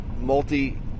multi-